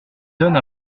donne